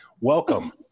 Welcome